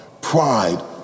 Pride